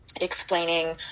explaining